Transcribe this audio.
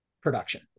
production